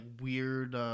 weird